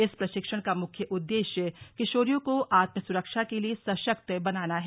इस प्रशिक्षण का मुख्य उद्देश्य किशोरियों को आत्मस्रक्षा के लिए सशक्त बनाना है